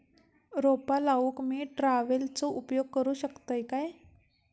रोपा लाऊक मी ट्रावेलचो उपयोग करू शकतय काय?